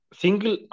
single